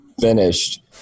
finished